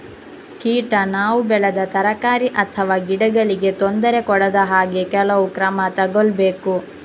ಕೀಟ ನಾವು ಬೆಳೆದ ತರಕಾರಿ ಅಥವಾ ಗಿಡಗಳಿಗೆ ತೊಂದರೆ ಕೊಡದ ಹಾಗೆ ಕೆಲವು ಕ್ರಮ ತಗೊಳ್ಬೇಕು